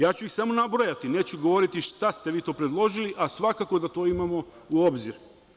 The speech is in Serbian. Ja ću ih samo nabrojati, neću govoriti šta ste vi to predložili, a svakako da to imamo u obzir.